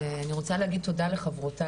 אני רוצה להגיד תודה לחברותיי,